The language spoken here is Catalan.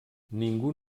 ningú